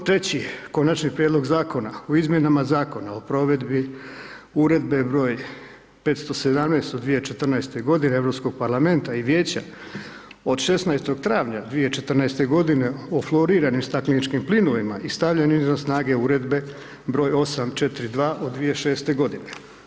I treći, Konačni prijedlog Zakona o izmjenama Zakona o provedbi Uredbe broj 517. od 2014. godine Europskog parlamenta i Vijeća od 16. travanja 2014. godine o floriranim stakleničkim plinovima i stavljanje izvan snage Uredbe broj 842. od 2006. godine.